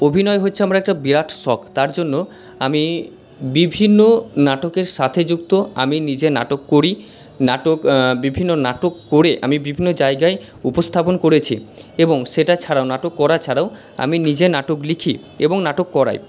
অভিনয় হচ্ছে আমর একটা বিরাট শখ তার জন্য আমি বিভিন্ন নাটকের সাথে যুক্ত আমি নিজে নাটক করি নাটক বিভিন্ন নাটক করে আমি বিভিন্ন জায়গায় উপস্থাপন করেছি এবং সেটা ছাড়াও নাটক করা ছাড়াও আমি নিজে নাটক লিখি এবং নাটক করাই